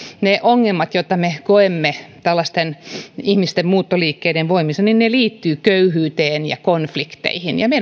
ne ongelmat joita me koemme tällaisten ihmisten muuttoliikkeiden voimistuessa liittyvät köyhyyteen ja konflikteihin ja meidän